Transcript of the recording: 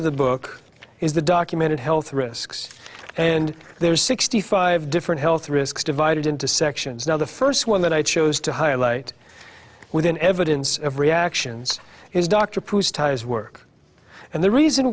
of the book is the documented health risks and there are sixty five different health risks divided into sections now the first one that i chose to highlight with an evidence of reactions is dr pou styles work and the reason